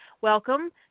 welcome